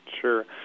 Sure